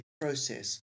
process